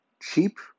cheap